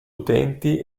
utenti